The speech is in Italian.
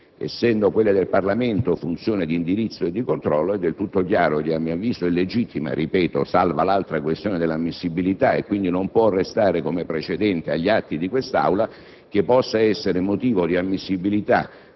Essendo quella del Parlamento funzione di indirizzo e di controllo è del tutto chiaro che, a mio avviso, è legittimo - ripeto, salva l'altra questione di ammissibilità - e quindi non può restare come precedente agli atti dell'Assemblea, che possa essere motivo di ammissibilità